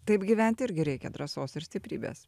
taip gyvent irgi reikia drąsos ir stiprybės